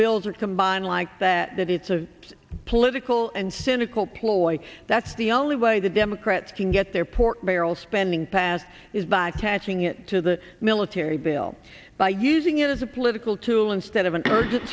bills are combined law that that it's a political and cynical ploy that's the only way the democrats can get their pork barrel spending passed is by attaching it to the military bill by using it as a political tool instead of an ur